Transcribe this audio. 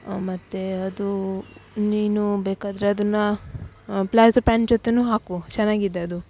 ಮತ್ತು ಅದೂ ನೀನು ಬೇಕಾದರೆ ಅದನ್ನು ಪ್ಲಾಝೊ ಪ್ಯಾಂಟ್ ಜೊತೆಯೂ ಹಾಕ್ಕೋ ಚೆನ್ನಾಗಿದೆ ಅದು